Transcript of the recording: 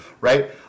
right